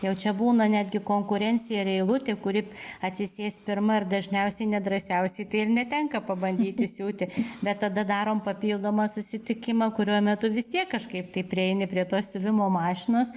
jau čia būna netgi konkurencija ir eilutė kuri atsisės pirma ir dažniausiai nedrąsiausiai tai ir netenka pabandyti siūti bet tada darom papildomą susitikimą kurio metu vis tiek kažkaip tai prieini prie tos siuvimo mašinos